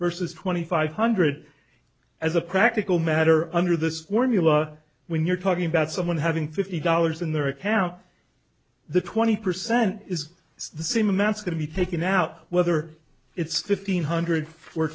twenty five hundred as a practical matter under this formula when you're talking about someone having fifty dollars in their account the twenty percent is the same amounts to be taken out whether it's fifteen hundred for